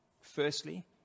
Firstly